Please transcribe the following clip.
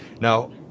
now